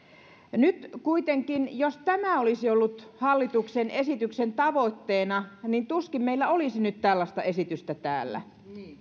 kuitenkin jos tämä olisi ollut hallituksen esityksen tavoitteena tuskin meillä olisi nyt tällaista esitystä täällä